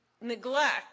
neglect